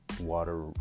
water